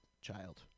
child